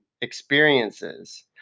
experiences